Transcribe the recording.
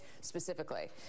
specifically